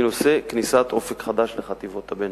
היא נושא כניסת "אופק חדש" לחטיבות הביניים.